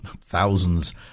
thousands